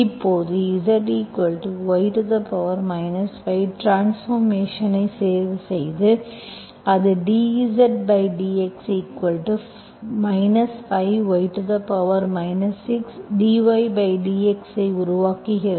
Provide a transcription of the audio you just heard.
இப்போது Zy 5 ட்ரான்ஸ்பார்மேஷன்ஐ தேர்வுசெய்து அது dZdx 5 y 6dydx ஐ உருவாக்குகிறது